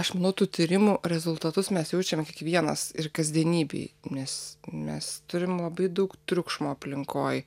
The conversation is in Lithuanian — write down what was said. aš manau tų tyrimų rezultatus mes jaučiam kiekvienas ir kasdienybėj nes mes turim labai daug triukšmo aplinkoj